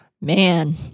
Man